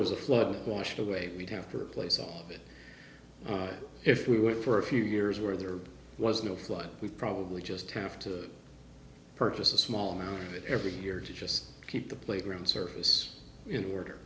was a flood washed away we'd have to replace all of it if we were for a few years where there was no flood we probably just have to purchase a small amount of it every year to just keep the playground surface in order